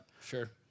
Sure